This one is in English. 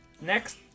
Next